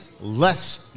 less